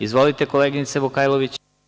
Izvolite, koleginice Vukajlović.